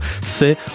c'est